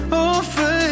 over